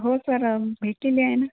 हो सर भेटलेली आहे ना